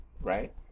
right